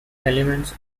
elements